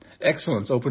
Excellence